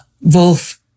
Wolf